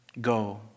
go